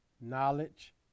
knowledge